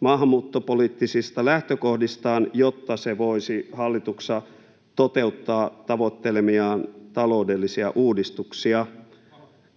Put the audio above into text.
maahanmuuttopoliittisista lähtökohdistaan, jotta se voisi hallituksessa toteuttaa tavoittelemiaan taloudellisia uudistuksia.